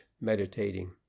meditating